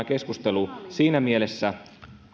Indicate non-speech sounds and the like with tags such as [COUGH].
[UNINTELLIGIBLE] keskustelu siinä mielessä että